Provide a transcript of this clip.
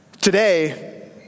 Today